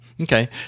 Okay